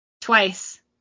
twice